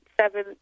seven